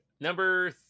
number